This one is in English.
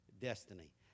destiny